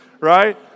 right